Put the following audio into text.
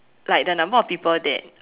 like the number of people that